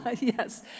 Yes